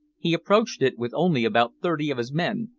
he approached it with only about thirty of his men,